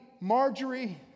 Marjorie